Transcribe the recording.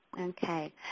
Okay